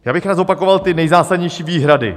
Já bych rád zopakoval ty nejzásadnější výhrady.